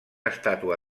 estàtua